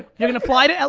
you're gonna fly to ah